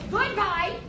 Goodbye